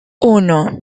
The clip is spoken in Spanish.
uno